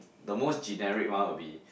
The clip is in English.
the most generic one will be